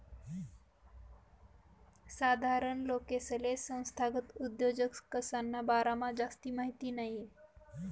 साधारण लोकेसले संस्थागत उद्योजकसना बारामा जास्ती माहिती नयी